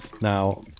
Now